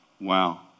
Wow